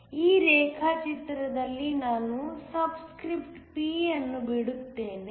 ಈ ರೇಖಾಚಿತ್ರದಲ್ಲಿ ನಾನು ಸಬ್ಸ್ಕ್ರಿಪ್ಟ್ P ಅನ್ನು ಬಿಡುತ್ತೇನೆ